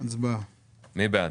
מי בעד